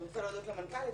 אני רוצה להודות למנכ"לית.